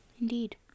Indeed